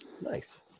nice